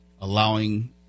allowing